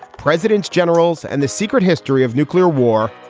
presidents, generals and the secret history of nuclear war.